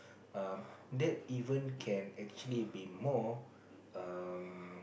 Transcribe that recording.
um that even can actually be more um